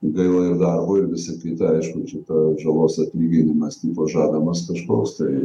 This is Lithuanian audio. gaila ir darbo ir visa kita aišku čia ta žalos atlyginimas buvo žadamas kažkoks tai